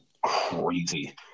crazy